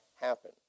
happen